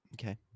Okay